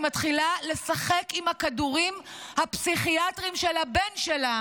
מתחילה לשחק עם הכדורים הפסיכיאטריים של הבן שלה